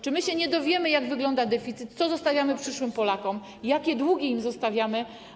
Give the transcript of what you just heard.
Czy my się nie dowiemy, jak wygląda deficyt, co zostawiamy przyszłym pokoleniom Polaków, jakie długi im zostawiamy?